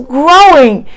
growing